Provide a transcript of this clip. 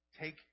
Take